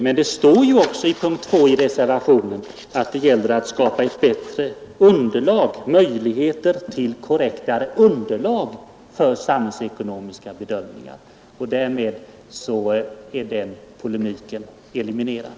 Men det står också under punkten 2 i reservationen att det gäller att skapa möjligheter till korrektare samhällsekonomiskt underlag för samhällsbeslut beträffande bl.a. regionalpolitiken. Därmed är också den polemiken eliminerad.